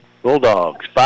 Bulldogs